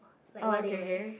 like what they wearing